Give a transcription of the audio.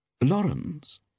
Lawrence